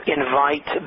invite